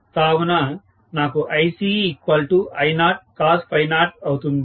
కావున నాకు ICI0cos0 అవుతుంది